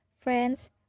friends